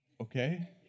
Okay